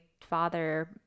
father